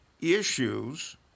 issues